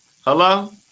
Hello